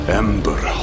ember